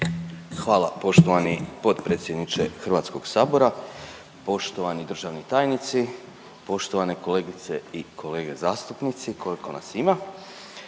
Hvala poštovani potpredsjedniče HS-a. Poštovani državni tajnici, poštovane kolegice i kolege zastupnici koliko nas ima.